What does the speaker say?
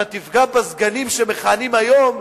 אתה תפגע בסגנים שמכהנים היום,